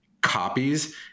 Copies